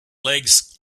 legs